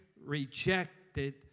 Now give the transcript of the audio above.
rejected